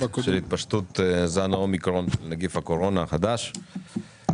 על התפשטות זן האומיקרון של נגיף הקורונה החדש (הוראת